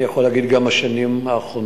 ואני יכול להגיד גם בשנים האחרונות,